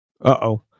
Uh-oh